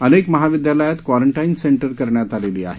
अनेक महाविद्यालयात quarantine centre करण्यात आली आहेत